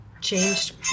changed